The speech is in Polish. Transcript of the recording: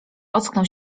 ocknął